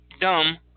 dumb